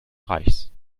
reichs